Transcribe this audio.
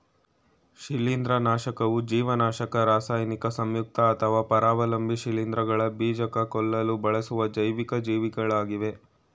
ಶಿಲೀಂಧ್ರನಾಶಕವು ಜೀವನಾಶಕ ರಾಸಾಯನಿಕ ಸಂಯುಕ್ತ ಅಥವಾ ಪರಾವಲಂಬಿ ಶಿಲೀಂಧ್ರಗಳ ಬೀಜಕ ಕೊಲ್ಲಲು ಬಳಸುವ ಜೈವಿಕ ಜೀವಿಗಳಾಗಿವೆ